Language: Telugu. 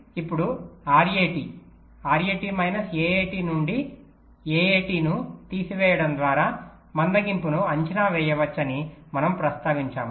కాబట్టి ఇప్పుడు RAT RAT మైనస్ AAT నుండి AAT ను తీసివేయడం ద్వారా మందగింపును అంచనా వేయవచ్చని మనము ప్రస్తావించాము